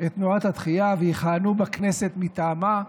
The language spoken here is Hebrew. את תנועת התחיה ויכהנו בכנסת מטעמה.